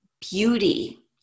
beauty